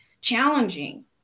challenging